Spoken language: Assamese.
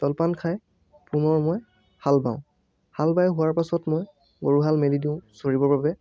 জলপান খাই পুনৰ মই হাল বাওঁ হাল বাই হোৱাৰ পাছত মই গৰুহাল মেলি দিওঁ চৰিবৰ বাবে